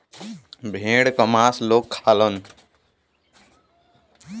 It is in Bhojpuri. भेड़ क मांस लोग खालन